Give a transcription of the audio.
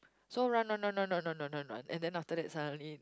so run run run run run run run and then after that suddenly